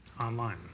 online